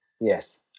Yes